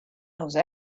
those